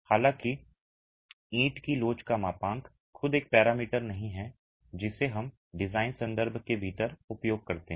हालांकि ईंट की लोच का मापांक खुद एक पैरामीटर नहीं है जिसे हम डिजाइन संदर्भ के भीतर उपयोग करते हैं